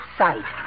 sight